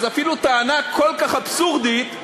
אז אפילו טענה כל כך אבסורדית,